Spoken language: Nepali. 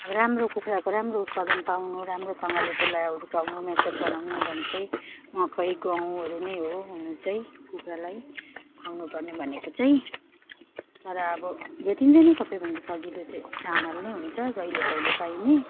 अब राम्रो कुखुराको राम्रो उत्पादन पाउनु राम्रोसँगले त्यसलाई हुर्काउनु मेच्यर बनाउनु भने चाहिँ मकै गहुँहरू नै हो हुनु चाहिँ कुखुरालाई खुवाउनु पर्ने भनेको चाहिँ तर अब भेटिँदैन सबैभन्दा सजिलो चाहिँ चामल नै हुन्छ जहिलेतहिले पाइने